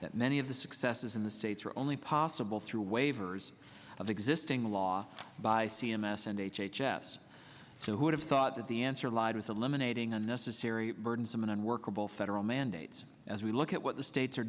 that many of the successes the states are only possible through waivers of existing law by c m s and h h s so who would have thought that the answer lies with eliminating unnecessary burdensome and unworkable federal mandates as we look at what the states are